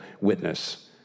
witness